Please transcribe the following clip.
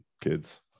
kids